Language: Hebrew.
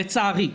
לצערי,